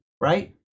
right